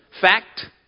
fact